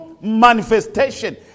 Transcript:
manifestation